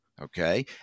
okay